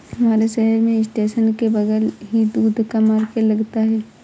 हमारे शहर में स्टेशन के बगल ही दूध का मार्केट लगता है